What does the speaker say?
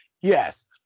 yes